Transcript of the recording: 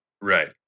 Right